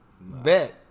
Bet